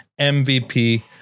MVP